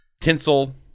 Tinsel